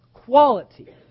quality